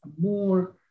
more